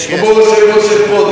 בוא, בוא שב פה,